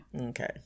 Okay